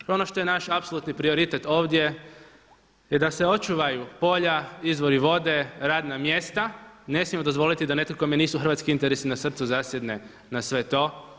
To je ono što je naš apsolutni prioritet ovdje je da se očuvaju polja, izvori vode, radna mjesta, ne smijemo dozvoliti da nekome kome nisu hrvatski interesi na srcu zasjedne na sve to.